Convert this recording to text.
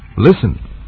listen